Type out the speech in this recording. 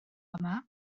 yma